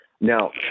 Now